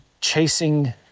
chasing